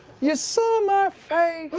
you saw my face